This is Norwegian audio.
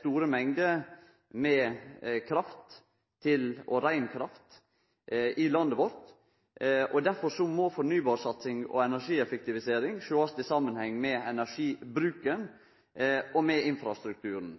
store mengder med kraft – og rein kraft – i landet vårt. Derfor må fornybarsatsing og energieffektivisering sjåast i samanheng med energibruken og med infrastrukturen,